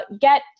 get